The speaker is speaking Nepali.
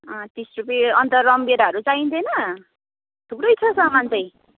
तिस रुपियाँ अन्त रामभेँडाहरू चाहिँदैन थुप्रै छ सामान चाहिँ